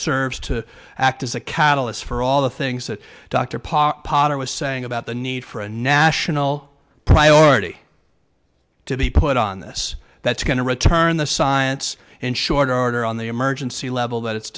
serves to act as a catalyst for all the things that dr paul potter was saying about the need for a national priority to be put on this that's going to return the science in short order on the emergency level that it